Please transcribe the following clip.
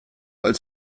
als